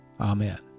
Amen